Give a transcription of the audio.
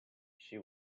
she